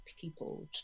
people